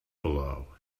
below